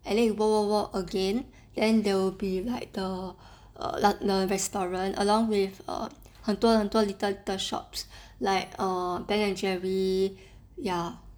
and then you walk walk walk again then will be like the err restaurant along with 很多很多 little little shops like err ben and jerry